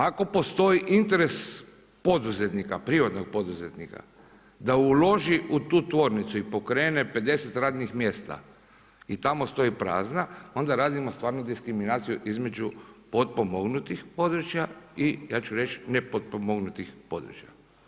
Ako postoji interes poduzetnika, privatnog poduzetnika da uloži u tu tvornicu i pokrene 50 radnih mjesta i tamo stoji prazna, onda radimo stvarno diskriminaciju između potpomognutih područja i ja ću reći, nepotpomognutih područja.